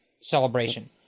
celebration